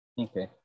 okay